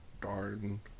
darn